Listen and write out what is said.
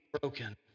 broken